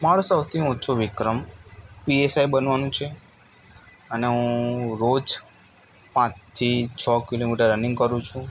મારો સૌથી ઊંચો વિક્રમ પી એસ આઈ બનવાનું છે અને હું રોજ પાંચથી છ કિલોમીટર રનિંગ કરું છું